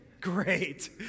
Great